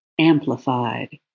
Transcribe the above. amplified